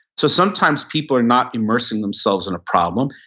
so sometimes people are not immersing themselves in a problem.